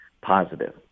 positive